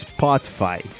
Spotify